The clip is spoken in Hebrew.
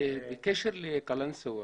בקשר לקלנסואה.